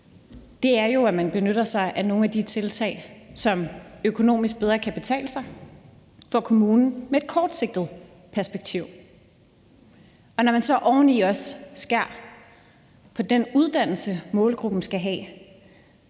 Det er jo, at man benytter sig af nogle af de tiltag, som økonomisk bedre kan betale sig for kommunen med et kortsigtet perspektiv, og når man oven i det så også skærer ned på den uddannelse, målgruppen skal have,